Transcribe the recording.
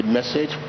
message